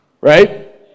right